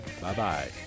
Bye-bye